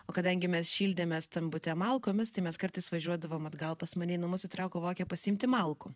o kadangi mes šildėmės tam bute malkomis tai mes kartais važiuodavom atgal pas mane į namus į trakų vokę pasiimti malkų